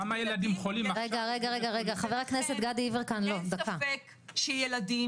לכן אין ספק שילדים